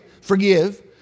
forgive